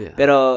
pero